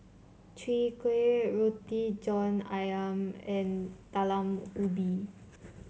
Chwee Kueh Roti John ayam and Talam Ubi